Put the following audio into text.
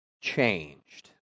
changed